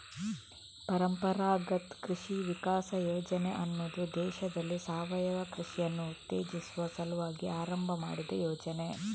ಪರಂಪರಾಗತ್ ಕೃಷಿ ವಿಕಾಸ ಯೋಜನೆ ಅನ್ನುದು ದೇಶದಲ್ಲಿ ಸಾವಯವ ಕೃಷಿಯನ್ನ ಉತ್ತೇಜಿಸುವ ಸಲುವಾಗಿ ಆರಂಭ ಮಾಡಿದ ಯೋಜನೆ